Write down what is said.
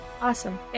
Awesome